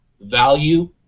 value